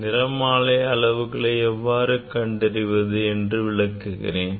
நிறமாலை அளவுகளை எவ்வாறு கண்டறிவது என்று விளக்குகிறேன்